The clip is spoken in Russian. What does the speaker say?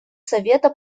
совета